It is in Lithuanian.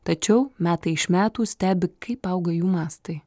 tačiau metai iš metų stebi kaip auga jų mastai